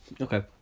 Okay